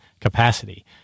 capacity